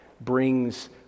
brings